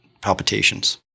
palpitations